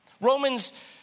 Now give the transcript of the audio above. Romans